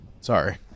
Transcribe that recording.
Sorry